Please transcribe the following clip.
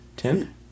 Ten